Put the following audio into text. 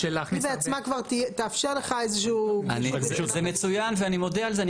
היא בעצמה כבר תאפשר לך איזשהו --- זה מצוין ואני מודה על זה.